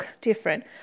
different